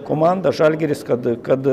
komanda žalgiris kad kad